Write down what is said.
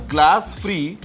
Glass-free